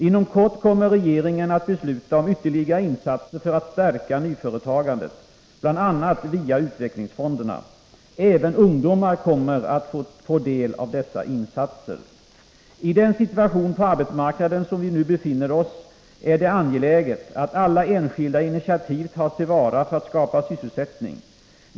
Inom kort kommer regeringen att besluta om ytterligare insatser för att stärka nyföretagandet, bl.a. via utvecklingsfonderna. Även ungdomar kommer att få del av dessa insatser. 103 I den situation på arbetsmarknaden som vi nu befinner oss är det angeläget att alla enskilda initiativ tas till vara för att skapa sysselsättning.